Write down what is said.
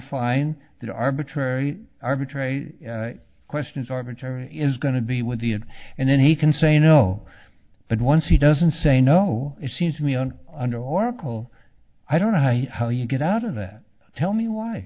find that arbitrary arbitrary questions arbitrary is going to be with the ad and then he can say no but once he doesn't say no it seems to me on under oracle i don't know how you get out of that tell me why